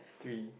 three